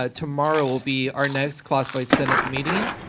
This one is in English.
ah tomorrow will be our next classified senate meeting,